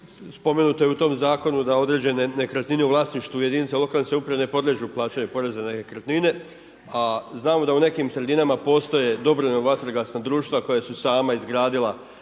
spomenuto je u tom zakonu da određene nekretnine u vlasništvu jedinica lokalne samouprave ne podliježu plaćanju poreza na nekretnine, a znamo da u nekim sredinama postoje dobrovoljna vatrogasna društva koja su sama izradila